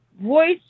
voice